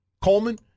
Coleman